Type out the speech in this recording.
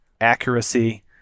accuracy